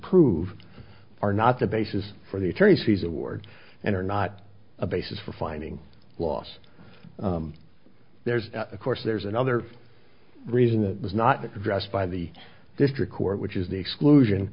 prove are not the basis for the attorneys fees award and are not a basis for finding loss there's of course there's another reason that was not addressed by the district court which is the exclusion